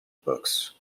books